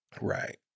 Right